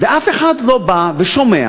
ואף אחד לא בא ושומע,